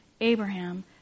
Abraham